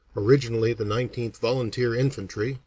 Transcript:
originally the nineteenth volunteer infantry,